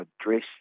address